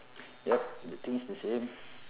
yup the thing is the same